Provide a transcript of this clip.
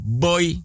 boy